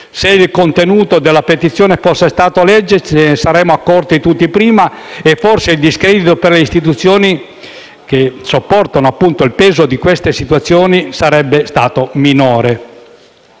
Se il contenuto della petizione fosse stato legge, ce ne saremmo accorti tutti prima e, forse, il discredito per le istituzioni che sopportano il peso di queste situazioni sarebbe stato minore.